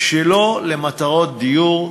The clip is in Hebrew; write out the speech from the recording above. שלא למטרות דיור.